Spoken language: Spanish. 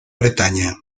bretaña